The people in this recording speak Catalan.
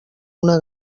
una